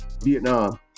Vietnam